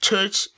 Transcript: Church